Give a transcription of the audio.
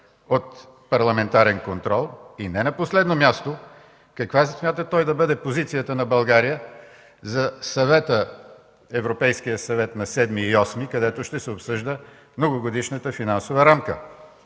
от парламентарен контрол, и не на последно място – каква смята той да бъде позицията на България за Европейския съвет на 7-и и 8-и, където ще се обсъжда Многогодишната финансова рамка